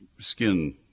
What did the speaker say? skin